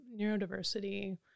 neurodiversity